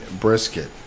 brisket